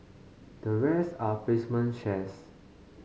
the rest are placement shares